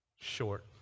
short